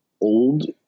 old